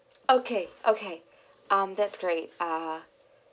okay okay um that's great uh